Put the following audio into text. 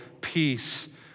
peace